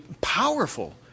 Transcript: powerful